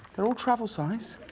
they're all travel size.